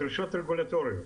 בדרישות הרגולטוריות,